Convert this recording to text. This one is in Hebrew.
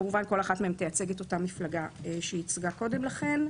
כמובן שכל אחת מהן תייצג את אותה מפלגה שהיא ייצגה קודם לכן.